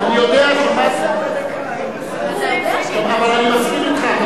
אני יודע, שמעתי, אבל אני מסכים אתך.